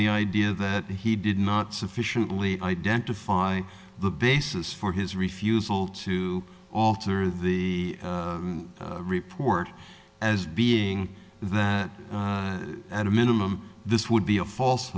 the idea that he did not sufficiently identify the basis for his refusal to alter the report as being that at a minimum this would be a false